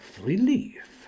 relief